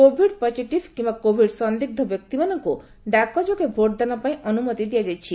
Covid positive କିମ୍ବା covid ସନ୍ଦିଗ୍ଧ ବ୍ୟକ୍ତିମାନଙ୍କୁ ଡାକ ଯୋଗେ ଭୋଟ୍ ଦାନ ପାଇଁ ଅନୁମତି ଦିଆଯାଇଛି